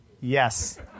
Yes